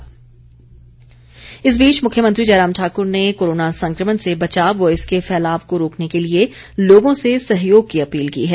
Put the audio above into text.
मुख्यमंत्री मुख्यमंत्री जयराम ठाकर ने कोरोना संकमण से बचाव व इसके फैलाव को रोकने के लिए लोगों से सहयोग की अपील की है